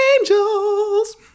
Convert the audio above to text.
angels